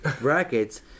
Brackets